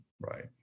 Right